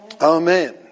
Amen